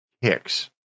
Hicks